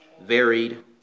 varied